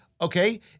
okay